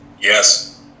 Yes